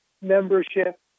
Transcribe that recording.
membership